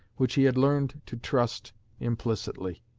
which he had learned to trust implicitly.